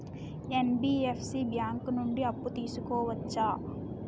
NBFC bank నుండి అప్పు తీసుకోవచ్చా?